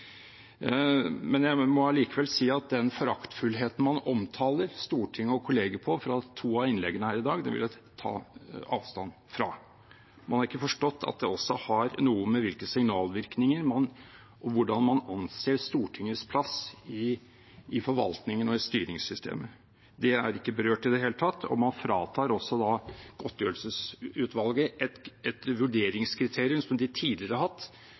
foraktfullheten man omtaler Stortinget og kolleger med i to av innleggene her i dag, vil jeg ta avstand fra. Man har ikke forstått at det også har noe å gjøre med hvilke signalvirkninger det gir om hvordan man anser Stortingets plass i forvaltningen og i styringssystemet. Det er ikke berørt i det hele tatt, og da fratar man også godtgjørelsesutvalget et vurderingskriterium som de tidligere har hatt,